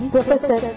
Professor